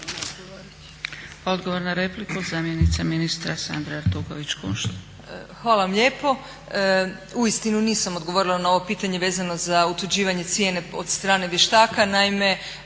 Odgovor na repliku zamjenica ministra Sandra Artuković Kunšt.